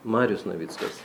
marius navickas